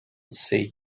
sea